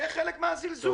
זה חלק מהזלזול.